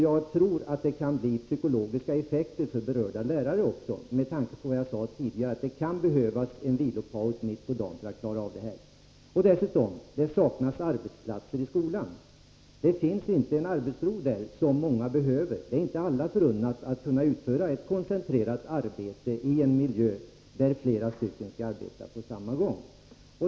Jag tror att det även kan bli psykologiska effekter för berörda lärare, med tanke på att det, som jag sade tidigare, kan behövas en vilopaus mitt på dagen för att klara det här arbetet. ; Dessutom saknas det arbetsplatser i skolan. Där finns inte den arbetsro som många behöver. Det är inte alla förunnat att kunna utföra ett koncentrerat arbete i en miljö där flera skall arbeta samtidigt.